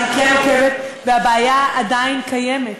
אני כן עוקבת, והבעיה עדיין קיימת.